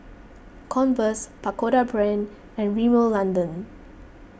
Converse Pagoda Brand and Rimmel London